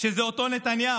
שזה אותו נתניהו.